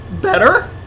better